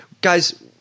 Guys